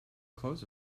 clothes